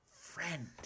friend